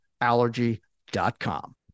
Allergy.com